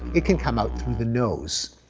it can come out through the nose.